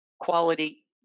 quality